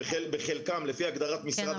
שבחלקם לפי הגדרת משרד הבריאות --- כן,